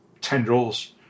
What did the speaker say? tendrils